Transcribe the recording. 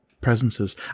presences